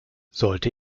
sollte